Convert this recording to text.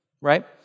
right